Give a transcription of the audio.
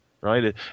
Right